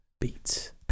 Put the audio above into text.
Beats